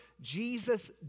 Jesus